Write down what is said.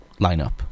lineup